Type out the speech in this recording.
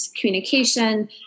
communication